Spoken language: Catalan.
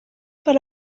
per